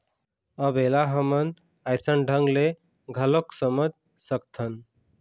अब ऐला हमन अइसन ढंग ले घलोक समझ सकथन